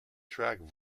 tracked